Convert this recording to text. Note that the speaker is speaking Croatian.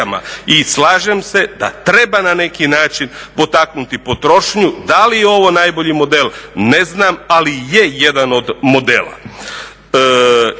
i slažem se da treba na neki način potaknuti potrošnju, da li je ovo najbolji model, ne znam, ali je jedan od modela.